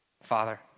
Father